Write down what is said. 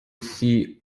see